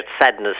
sadness